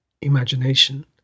imagination